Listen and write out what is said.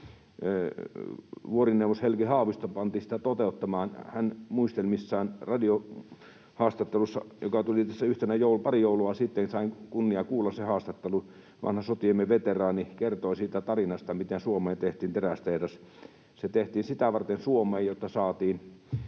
vuorineuvos Helge Haavisto pantiin sitä toteuttamaan. Hän, vanha sotiemme veteraani, muistelmissaan radiohaastattelussa, joka tuli tässä pari joulua sitten, sain kunnian kuulla sen haastattelun, kertoi siitä tarinasta, miten Suomeen tehtiin terästehdas. Se tehtiin sitä varten Suomeen, jotta saatiin